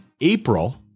April